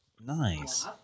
Nice